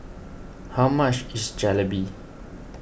how much is Jalebi